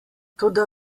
toda